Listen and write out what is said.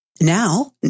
Now